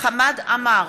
חמד עמאר,